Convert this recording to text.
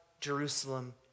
Jerusalem